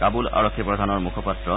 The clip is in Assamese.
কাবুল আৰক্ষী প্ৰধানৰ মুখপাত্ৰ